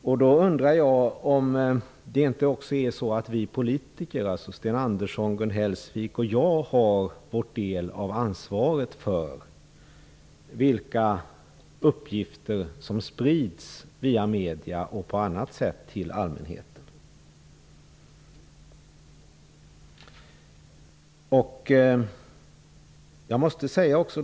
Jag undrar om det inte också är så att vi politiker - alltså Sten Andersson, Gun Hellsvik och jag - har vår del av ansvaret för vilka uppgifter som sprids till allmänheten via exempelvis medier.